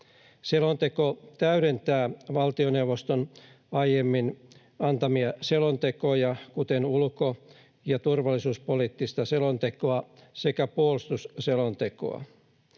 Selonteko täydentää valtioneuvoston aiemmin antamia selontekoja, kuten ulko- ja turvallisuuspoliittista selontekoa sekä puolustusselontekoa.